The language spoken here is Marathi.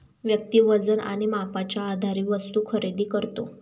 व्यक्ती वजन आणि मापाच्या आधारे वस्तू खरेदी करतो